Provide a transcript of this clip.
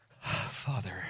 Father